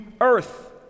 earth